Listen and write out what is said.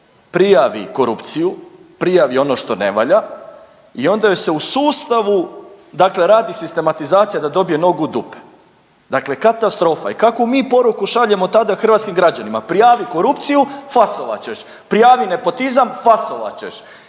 prijavi korupciju, prijavi ono što ne valja i onda joj se u sustavu, dakle radi sistematizacija da dobije nogu u dupe, dakle katastrofa i kakvu mi poruku šaljemo tada hrvatskim građanima, prijavi korupciju fasovat ćeš, prijavi nepotizam fasovat ćeš